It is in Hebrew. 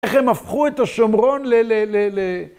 איך הם הפכו את השומרון ל...